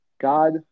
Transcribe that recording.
God